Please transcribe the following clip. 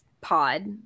pod